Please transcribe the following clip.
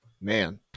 man